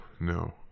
no